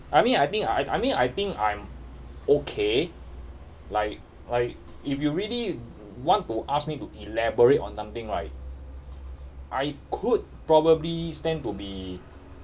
I mean I think I I mean I think I'm okay like like if you really want to ask me to elaborate on something right I could probably stand to be